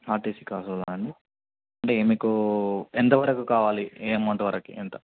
RTC crossroad అండి అంటే మీకు ఎంత వరకు కావాలి ఏ అమౌంట్ వరకి ఎంత